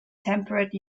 temperate